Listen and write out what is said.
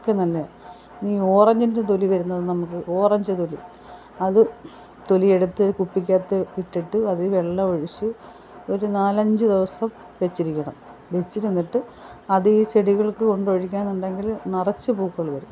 ഒക്കെ നല്ലതാണ് ഇനി ഓറഞ്ചിൻ്റെ തൊലി വരുന്നത് നമുക്ക് ഓറഞ്ച് തൊലി അത് തൊലിയെടുത്ത് കുപ്പിക്കാത്ത് ഇട്ടിട്ട് അതിൽ വെള്ളം ഒഴിച്ചു ഒരു നാല് അഞ്ച് ദിവസം വെച്ചിരിക്കണം വെച്ചിരുന്നിട്ട് അതീ ചെടികൾക്ക് കൊണ്ടൊഴിക്കാന്നൊണ്ടെങ്കിൽ നിറച്ച് പൂക്കൾ വരും